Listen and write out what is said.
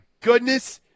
goodness